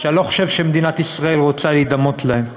שאני לא חושב שמדינת ישראל רוצה להידמות להם.